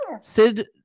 Sid